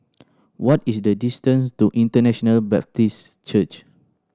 what is the distance to International Baptist Church